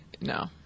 No